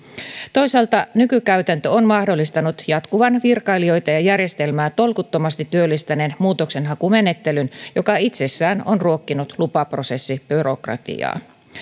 toisaalta nykykäytäntö on mahdollistanut jatkuvan virkailijoita ja ja järjestelmää tolkuttomasti työllistäneen muutoksenhakumenettelyn joka itsessään on ruokkinut lupaprosessibyrokratiaa